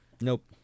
Nope